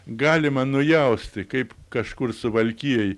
galima nujausti kaip kažkur suvalkijoj